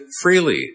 freely